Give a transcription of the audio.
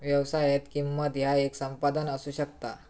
व्यवसायात, किंमत ह्या येक संपादन असू शकता